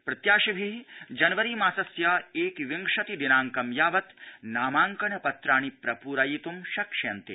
प्रत्याशिभि जनवरी मासस्य एकविंशति दिनाइकं यावत् नामाइकन पत्राणि प्रपूरयित् शक्ष्यन्ते